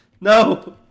no